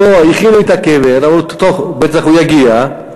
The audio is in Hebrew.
פה הכינו את הקבר, אמרו, בטח הוא יגיע,